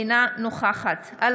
אינה נוכחת יפעת שאשא ביטון,